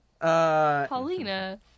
Paulina